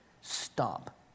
Stop